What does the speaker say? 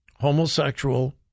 homosexual